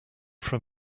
from